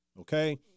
okay